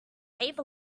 save